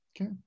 Okay